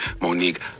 Monique